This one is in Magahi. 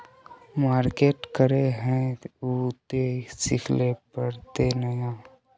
मार्केट करे है उ ते सिखले पड़ते नय?